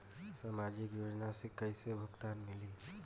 सामाजिक योजना से कइसे भुगतान मिली?